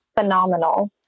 phenomenal